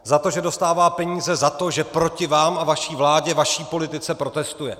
Za to, že dostává peníze za to, že proti vám a vaší vládě, vaší politice protestuje.